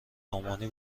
رومانی